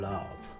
Love